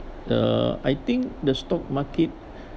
the I think the stock market